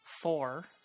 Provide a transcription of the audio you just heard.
four